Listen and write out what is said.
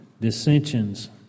dissensions